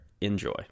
Enjoy